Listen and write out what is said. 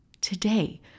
today